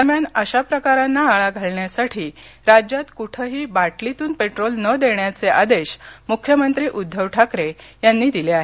दरम्यान अशा प्रकारांना आळा घालण्यासाठी राज्यात कुठेही बाटलीतून पेट्रोल न देण्याचे आदेश मुख्यमंत्री उद्धव ठाकरे यांनी दिले आहेत